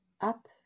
up